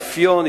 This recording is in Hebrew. רפיון,